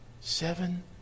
Seven